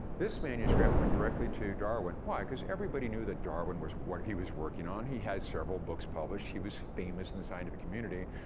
this manuscript went directly to darwin why? cause everybody knew that darwin, was what he was working on, he had several books published, he was famous in the scientific community,